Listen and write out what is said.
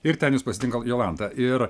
ir ten jus pasitinka jolanta ir